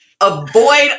avoid